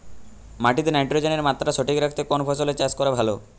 মাটিতে নাইট্রোজেনের মাত্রা সঠিক রাখতে কোন ফসলের চাষ করা ভালো?